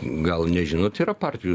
gal nežinot yra partijų